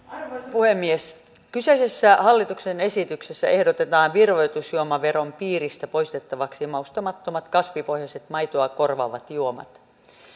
puhemies kyseisessä hallituksen esityksessä ehdotetaan virvoitusjuomaveron piiristä poistettavaksi maustamattomat kasvipohjaiset maitoa korvaavat juomat